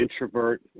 introvert